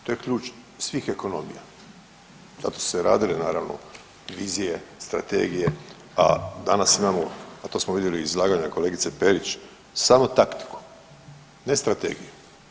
To je ključ svih ekonomija, zato su se i radile naravno vizije, strategije, a danas imamo, a to smo vidjeli i iz izlaganja kolegice Perić samo taktiku, ne strategiju.